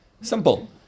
Simple